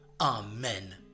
Amen